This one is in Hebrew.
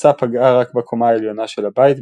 הפצצה פגעה רק בקומה העליונה של הבית,